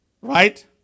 right